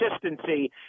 consistency